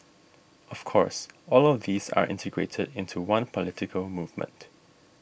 of course all of these are integrated into one political movement